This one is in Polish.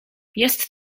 jest